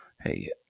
Hey